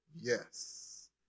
yes